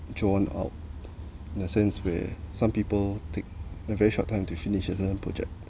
drawn out in a sense where some people take a very short time to finish a certain project